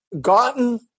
gotten